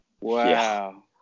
Wow